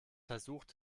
versucht